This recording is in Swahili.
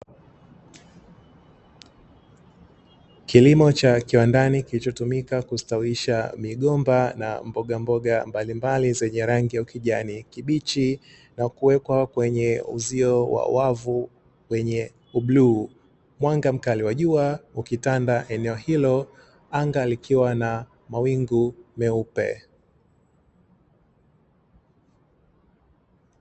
Kilimo cha kiwandani kilichotumika kustawisha migomba na mbogamboga mbalimbali zenye rangi ya ukijani kibichi na kuwekwa kwenye uzio wa wavu wenye ubluu, mwanga mkali wa jua ukitanda eneo hilo anga likiwa na mawingu meupe.